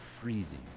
freezing